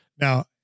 Now